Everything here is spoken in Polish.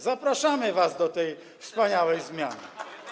Zapraszamy was do tej wspaniałej zmiany.